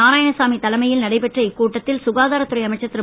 நாராயணசாமி தலைமையில் நடைபெற்ற இக்கூட்டத்தில் சுகாதார துறை அமைச்சர் திரு